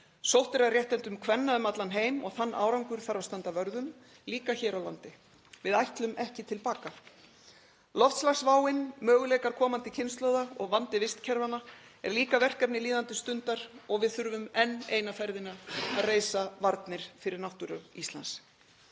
Sótt er að réttindum kvenna um allan heim og þann árangur þarf líka að standa vörð um hér á landi. Við ætlum ekki til baka. Loftslagsváin, möguleikar komandi kynslóða og vandi vistkerfanna eru líka verkefni líðandi stundar og við þurfum enn eina ferðina að reisa varnir fyrir náttúru Íslands.